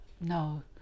no